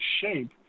shape